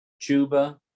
Chuba